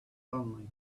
only